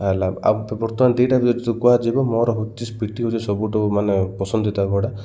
ହେଲା ଆଉ ବର୍ତ୍ତମାନ ଦୁଇଟା ବି ଯଦି କୁହାଯିବ ମୋର ହଉଛି ସ୍ପିଟି ହଉଛି ସବୁଠୁ ମାନେ ପସନ୍ଦିତା ଘୋଡ଼ା